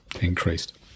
increased